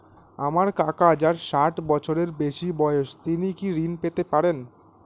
আমার কাকা যার ষাঠ বছরের বেশি বয়স তিনি কি ঋন পেতে পারেন?